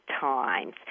times